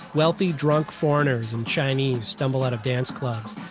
wealthy drunk foreigners and chinese stumble out of dance clubs.